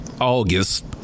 August